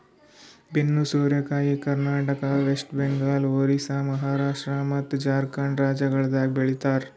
ಬೆನ್ನು ಸೋರೆಕಾಯಿ ಕರ್ನಾಟಕ, ವೆಸ್ಟ್ ಬೆಂಗಾಲ್, ಒರಿಸ್ಸಾ, ಮಹಾರಾಷ್ಟ್ರ ಮತ್ತ್ ಜಾರ್ಖಂಡ್ ರಾಜ್ಯಗೊಳ್ದಾಗ್ ಬೆ ಳಿತಾರ್